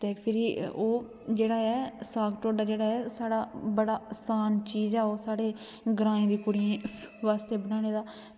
ते फिरी ओह् जेह्ड़ा ऐ साग ढोड्डा जेह्ड़ा बड़ा आसान चीज़ ऐ ओह् साढ़े ग्राएं दे कुड़ियें आस्तै बनाने दा